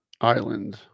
Island